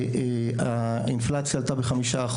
האינפלציה עלתה ב-5%,